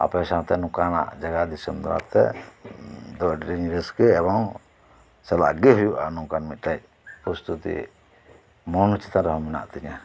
ᱟᱯᱮ ᱥᱟᱶᱛᱮ ᱱᱚᱝᱠᱟᱱᱟᱜ ᱡᱟᱭᱜᱟ ᱫᱤᱥᱚᱢ ᱫᱟᱲᱟᱛᱮ ᱟᱹᱰᱤ ᱟᱸᱴ ᱨᱟᱹᱥᱠᱟᱹ ᱮᱵᱚᱝ ᱪᱟᱞᱟᱜ ᱜᱮ ᱦᱩᱭᱩᱜᱼᱟ ᱱᱚᱝᱠᱟᱱ ᱢᱤᱫᱴᱮᱡ ᱯᱩᱥᱛᱩᱴᱤ ᱢᱚᱱ ᱪᱮᱛᱟᱱ ᱨᱮᱦᱚᱸ ᱢᱮᱱᱟᱜ ᱛᱤᱧᱟᱹ